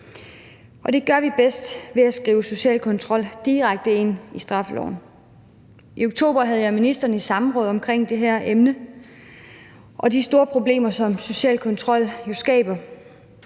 og det gør vi bedst ved at skrive social kontrol direkte ind i straffeloven. I oktober havde jeg ministeren i samråd omkring det her emne og de store problemer, som social kontrol skaber.